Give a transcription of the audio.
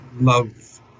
love